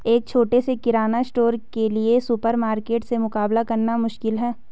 एक छोटे से किराना स्टोर के लिए सुपरमार्केट से मुकाबला करना मुश्किल है